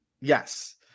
Yes